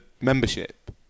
membership